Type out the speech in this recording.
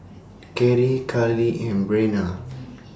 Cary Karlee and Breanna